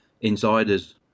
Insiders